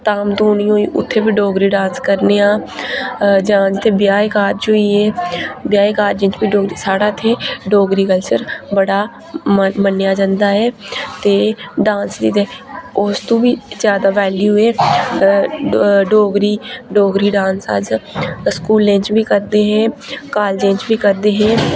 धाम धूनी होई उत्थै बी डोगरी डांस करने आं जां जित्थै ब्याह् कारज होई गे ब्याहें कारजें च बी डोगरी साढ़े इत्थै डोगरी कल्चर बड़ा म मन्नेआ जंदा ऐ ते डांस दी ते उसतों बी जादै वेल्यू ऐ डोगरी डोगरी डांस अस स्कूलें च बी करदे हे कालजें च बी करदे हे